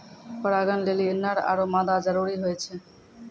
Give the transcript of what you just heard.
परागण लेलि नर आरु मादा जरूरी होय छै